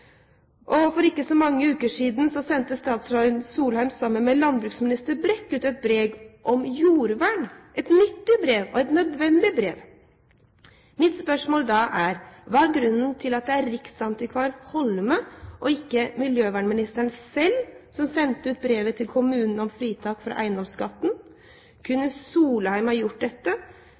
For ikke så mange uker siden sendte statsråd Solheim, sammen med landbruksminister Brekk, ut et brev om jordvern, et nyttig brev og et nødvendig brev. Da er mitt spørsmål: Hva er grunnen til at det var riksantikvar Holme, og ikke miljøvernministeren selv, som sendte ut brevet til kommunene om fritak for eiendomsskatten? Kunne statsråd Solheim ha gjort dette,